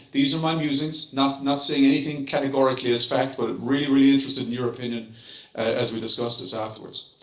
these are my musings, not not saying anything categorically as fact, but really interested in your opinion as we discuss this afterwards.